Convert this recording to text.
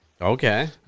Okay